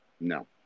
No